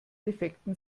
defekten